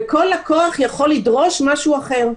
וכל לקוח יכול לדרוש משהו אחר.